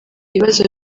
ibibazo